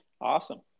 Awesome